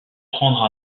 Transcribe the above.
prendre